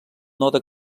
node